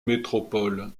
métropole